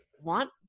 want